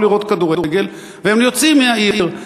הם באו למשחק כדורגל והם יוצאים מהעיר.